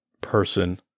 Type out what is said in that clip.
person